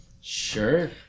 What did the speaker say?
Sure